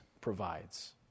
provides